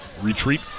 retreat